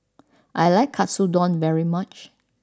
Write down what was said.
I like Katsudon very much